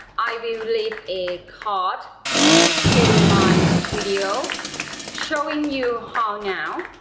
i will leave a card to my video showing you how now.